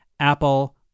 Apple